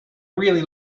really